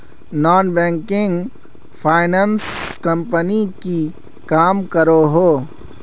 Non banking finance company की काम करोहो?